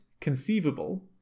conceivable